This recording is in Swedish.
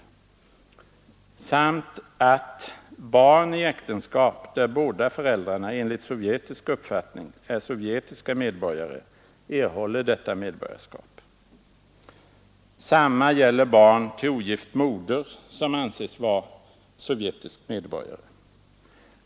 Barn i äktenskap där båda föräldrarna enligt sovjetisk uppfattning är sovjetiska medborgare erhåller detta medborgarskap. Samma gäller barn till ogift moder som anses vara sovjetisk medborgare.